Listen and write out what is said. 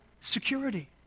security